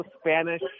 Spanish